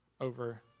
over